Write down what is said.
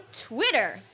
Twitter